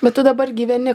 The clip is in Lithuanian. bet tu dabar gyveni